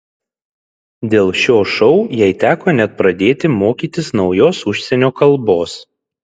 dėl šio šou jai teko net pradėti mokytis naujos užsienio kalbos